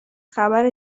خبر